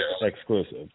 exclusive